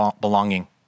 belonging